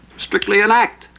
strictly an act.